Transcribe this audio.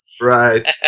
Right